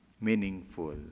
meaningful